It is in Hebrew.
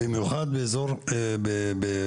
במיוחד באזור וולאג'ה,